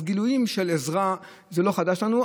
אז גילויים של עזרה זה לא חדש לנו,